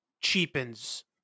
cheapens